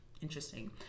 interesting